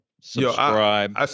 Subscribe